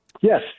yes